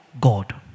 God